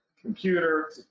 computer